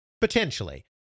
Potentially